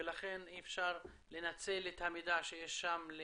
ולכן אי אפשר לנצל את המידע שיש שם.